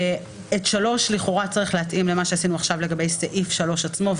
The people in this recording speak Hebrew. את 3 לכאורה צריך להתאים למה שעשינו עכשיו לגבי סעיף 3 עצמו,